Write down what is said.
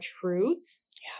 truths